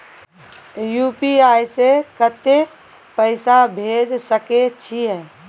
UPI से कत्ते पैसा भेज सके छियै?